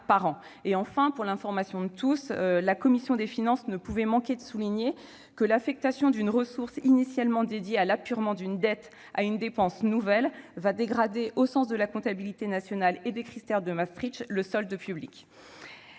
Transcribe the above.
je le dis pour l'information de tous -, la commission des finances ne pouvait manquer de souligner que l'affectation à une dépense nouvelle d'une ressource initialement dédiée à l'apurement d'une dette va dégrader, au sens de la comptabilité nationale et des critères de Maastricht, le solde public.